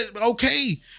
Okay